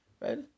right